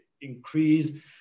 increase